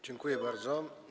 Dziękuję bardzo.